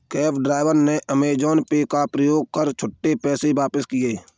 cab driver ने Amazon Pay का प्रयोग कर छुट्टे पैसे वापस किए